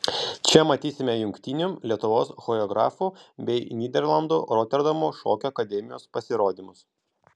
čia matysime jungtinių lietuvos choreografų bei nyderlandų roterdamo šokio akademijos pasirodymus